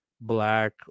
black